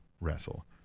wrestle